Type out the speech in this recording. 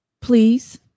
please